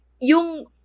yung